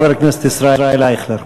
חבר הכנסת ישראל אייכלר.